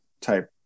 type